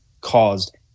caused